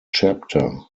chapter